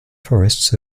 forests